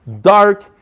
dark